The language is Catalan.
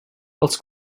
els